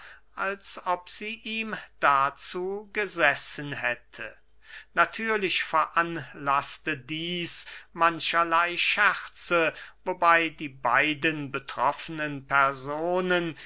als ob sie ihm dazu gesessen hätte natürlich veranlaßte dieß mancherley scherze wobey die beiden betroffenen personen